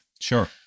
Sure